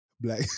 Black